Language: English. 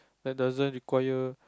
that doesn't require